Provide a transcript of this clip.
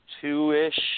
two-ish